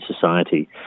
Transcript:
society